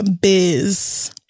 biz